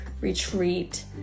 retreat